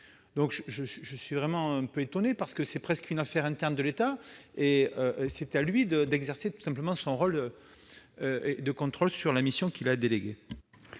donc vraiment étonné : il s'agit presque d'une affaire interne à l'État ; c'est à lui d'exercer, tout simplement, son rôle de contrôle sur la mission qu'il a déléguée.